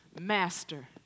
Master